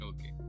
Okay